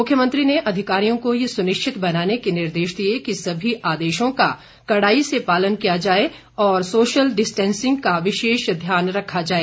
मुख्यमंत्री ने अधिकारियों को ये सुनिश्चित बनाने के निर्देश दिए कि सभी आदेशों का कड़ाई से पालन किया जाए और सोशल डिस्टैंसिंग का विशेष ध्यान रखा जाए